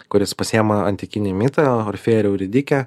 kuris pasiema antikinį mitą orfėją ir euridikę